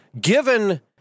given